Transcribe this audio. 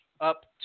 up